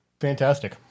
fantastic